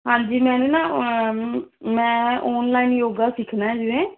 ਹਾਂਜੀ ਮੈਨੇ ਨਾ ਮੈਂ ਓਨਲਾਈਨ ਯੋਗਾ ਸਿਖਣਾ ਜਿਵੇਂ